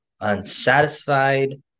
unsatisfied